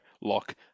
lock